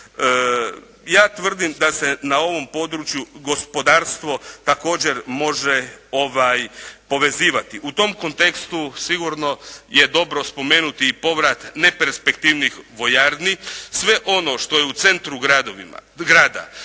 Ja tvrdim da se na ovom području gospodarstvo također može povezivati. U tom kontekstu sigurno je dobro spomenuti i povrat neperspektivnih vojarni, sve ono što je u centru grada,